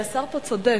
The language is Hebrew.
השר פה צודק,